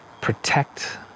Protect